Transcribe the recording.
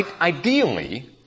ideally